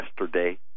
yesterday